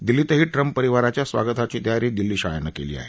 दिल्लीतही ट्रम्प परिवाराच्या स्वागताची तयारी दिल्ली शाळेनं केली आहे